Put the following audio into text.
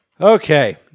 Okay